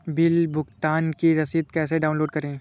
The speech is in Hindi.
बिल भुगतान की रसीद कैसे डाउनलोड करें?